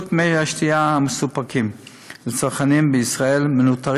איכות מי השתייה המסופקים לצרכנים בישראל מנוטרת